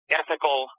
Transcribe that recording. ethical